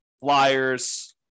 flyers